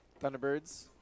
Thunderbirds